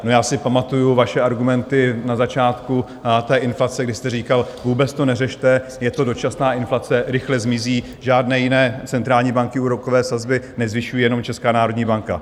Já si pamatuju vaše argumenty na začátku té inflace, kdy jste říkal: vůbec to neřešte, je to dočasná inflace, rychle zmizí, žádné jiné centrální banky úrokové sazby nezvyšují, jenom Česká národní banka.